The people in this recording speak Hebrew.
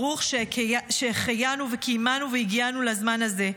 ברוך שהחיינו וקיימנו והגיענו לזמן הזה.